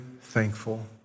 thankful